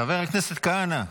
חבר הכנסת כהנא.